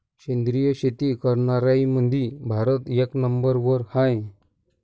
सेंद्रिय शेती करनाऱ्याईमंधी भारत एक नंबरवर हाय